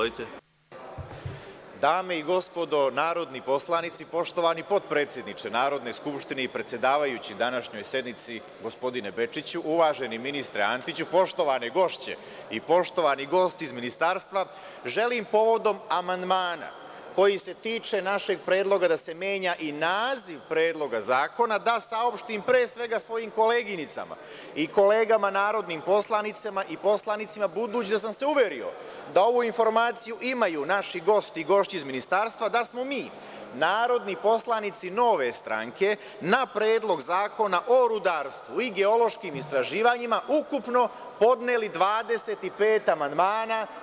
Dame i gospodo narodni poslanici, poštovani potpredsedniče Narodne skupštine i predsedavajući današnjoj sednici gospodinu Bečiću, uvaženi ministre Antiću, poštovane gošće i poštovani gosti iz ministarstva, želim povodom amandmana koji se tiče našeg predloga da se menja i naziv Predloga zakona da saopštim pre svega svojim koleginicama i kolegama narodnim poslanicima budući da sam se uverio da ovu informaciju imaju naši gosti iz ministarstva da smo mi narodni poslanici Nove stranke na Predlog zakona o rudarstvu i geološkim istraživanjima ukupno podneli 25 amandmana.